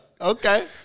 Okay